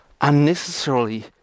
unnecessarily